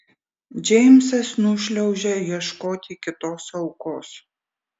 džeimsas nušliaužia ieškoti kitos aukos